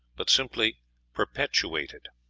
but simply perpetuated.